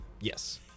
Yes